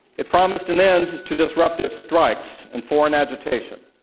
it promised an end to disruptive strikes and foreign agitation,